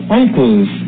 uncles